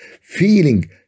feeling